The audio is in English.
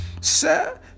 Sir